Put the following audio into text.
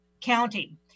county